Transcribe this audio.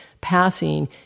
passing